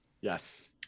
Yes